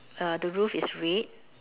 err the roof is red